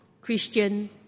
Christian